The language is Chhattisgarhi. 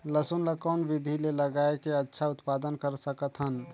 लसुन ल कौन विधि मे लगाय के अच्छा उत्पादन कर सकत हन?